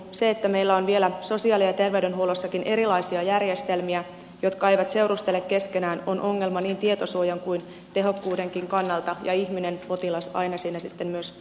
se että meillä on vielä sosiaali ja terveydenhuollossakin erilaisia järjestelmiä jotka eivät seurustele keskenään on ongelma niin tietosuojan kuin tehokkuudenkin kannalta ja ihminen potilas aina siinä sitten myös osittain kärsii